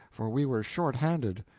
for we were short handed.